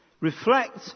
Reflect